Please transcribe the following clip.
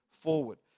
forward